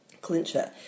clincher